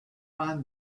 find